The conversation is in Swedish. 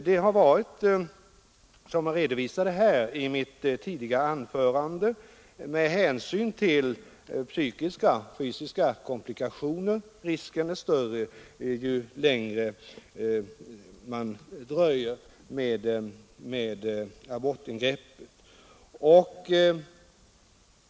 Det gäller, som jag redovisade i mitt anförande, hänsyn till psykiska och fysiska komplikationer — risken är större ju längre man dröjer med abortingreppet.